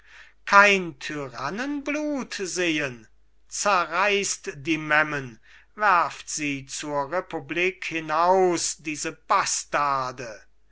kein tyrannenblut sehen zerreißt die memmen werft sie zur republik hinaus diese bastarde